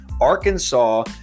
Arkansas